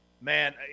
Man